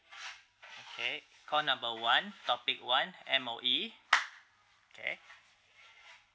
okay call number one topic one M_O_E okay